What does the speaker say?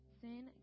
sin